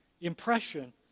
impression